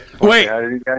Wait